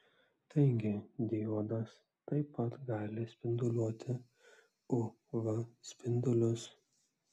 taigi diodas taip pat gali spinduliuoti uv spindulius